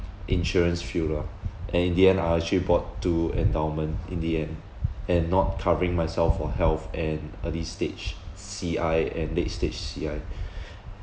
insurance field lah and in the end I actually bought two endowment in the end and not covering myself for health and early stage C_I and late stage C_I